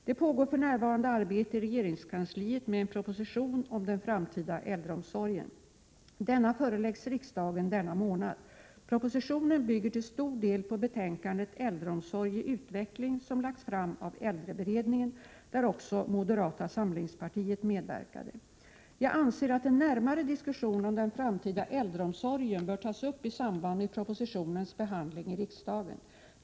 Det pågår för närvarande arbete i regeringskansliet med en proposition om den framtida äldreomsorgen. Den föreläggs riksdagen denna månad. Propositionen bygger till stor del 85 på betänkandet Äldreomsorg i utveckling som lagts fram av äldreberedningen, där också moderata samlingspartiet medverkade. Jag anser att en närmare diskussion om den framtida äldreomsorgen bör tas upp i samband med propositionens behandling i riksdagen.